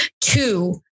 two